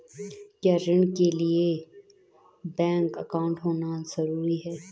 क्या ऋण लेने के लिए बैंक अकाउंट होना ज़रूरी है?